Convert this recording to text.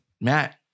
matt